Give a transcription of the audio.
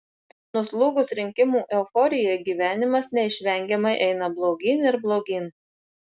nuslūgus rinkimų euforijai gyvenimas neišvengiamai eina blogyn ir blogyn